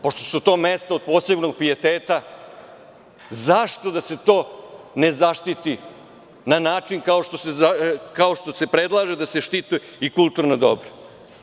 Pošto su to mesta od posebnog pijeteta, zašto da se to ne zaštiti na način kao što se predlaže da se štite i kulturna dobra?